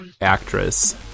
actress